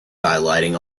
highlighting